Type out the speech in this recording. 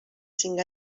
cinc